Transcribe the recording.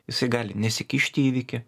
jisai gali nesikišti į įvykį